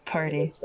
Party